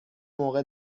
موقع